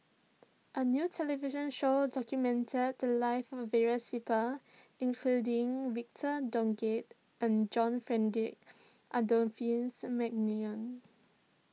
a new television show documented the lives of various people including Victor Doggett and John Frederick Adolphus McNair